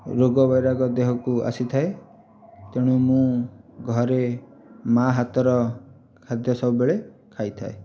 ରୋଗ ବୈରାଗ ଦେହକୁ ଆସିଥାଏ ତେଣୁ ମୁଁ ଘରେ ମା' ହାତର ଖାଦ୍ୟ ସବୁବେଳେ ଖାଇଥାଏ